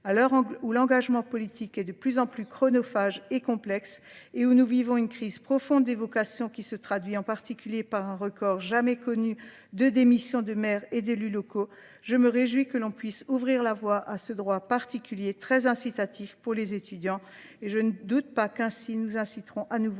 à l'heure où l'engagement politique est de plus en plus chronophage et complexe et où nous vivons une crise profonde des vocations qui se traduit en particulier par un record jamais connu de démission de maires et d'élus locaux, je me réjouis que l'on puisse ouvrir la voie à ce droit particulier très incitatif pour les étudiants et je ne doute pas qu'ainsi nous inciterons à nouveau